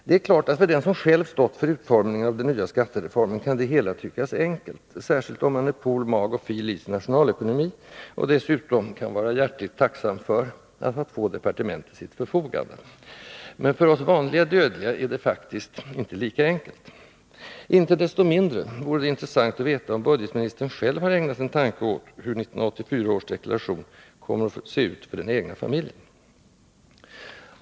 Det är klart att för den som själv stått för utformningen av den nya skattereformen kan det hela kanske tyckas enkelt, särskilt om man är pol.mag. och fil.lic. i nationalekonomi och dessutom kan vara hjärtligt tacksam för att ha två departement till sitt förfogande. Men för oss vanliga dödliga är det faktiskt inte lika enkelt. Inte desto mindre vore det intressant att veta om budgetministern själv ägnat en tanke åt hur 1984 års deklaration kommer att se ut för den egna familjens del.